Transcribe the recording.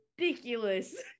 Ridiculous